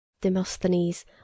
Demosthenes